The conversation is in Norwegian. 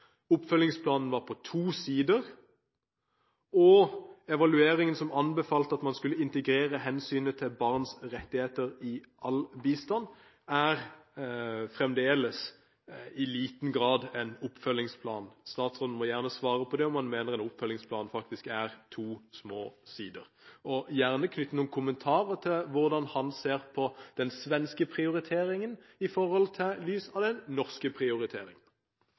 Oppfølgingsplanen var på to sider, og evalueringen som anbefalte at man skulle integrere hensynet til barns rettigheter i all bistand, er fremdeles i liten grad en oppfølgingsplan. Statsråden må gjerne svare på om han mener en oppfølgingsplan faktisk er to små sider, og gjerne knytte noen kommentarer til hvordan han ser på den svenske prioriteringen i lys av den norske prioriteringen.